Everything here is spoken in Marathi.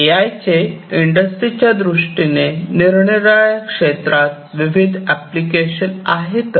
ए आय चे इंडस्ट्रीच्या दृष्टीने निरनिराळ्या क्षेत्रात विविध ऍप्लिकेशन आहेतच